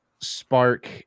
spark